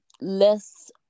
less